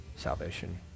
salvation